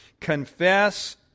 Confess